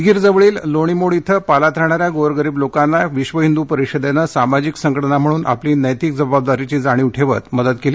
उदगीर जवळील लोणीमोड इथे पालात राहणाऱ्या गोरगरीब लोकांना विध हिन्दू परिषदेनं समाजिक संघटना म्हणून आपली नैतिक जबाबदारीची जाण ठेवत मदत केली